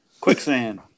Quicksand